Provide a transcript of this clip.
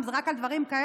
אם זה רק על דברים כאלה.